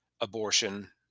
abortion